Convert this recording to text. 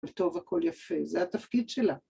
וטוב הכל יפה, זה התפקיד שלה.